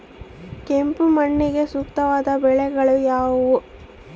ಕೆಂಪು ಮಣ್ಣಿಗೆ ಸೂಕ್ತವಾದ ಬೆಳೆಗಳು ಯಾವುವು?